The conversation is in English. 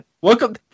Welcome